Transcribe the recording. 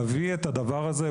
להביא את הדבר הזה,